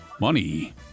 Money